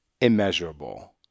immeasurable